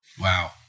Wow